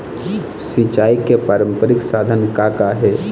सिचाई के पारंपरिक साधन का का हे?